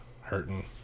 hurting